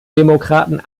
demokraten